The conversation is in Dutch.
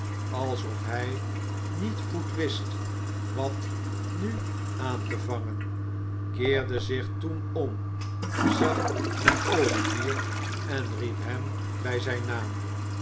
alsof hij niet goed wist wat nu aan te vangen keerde zich toen om zag naar olivier en riep hem bij zijn naam